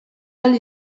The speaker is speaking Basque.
ahal